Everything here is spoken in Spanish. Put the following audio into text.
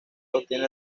obtiene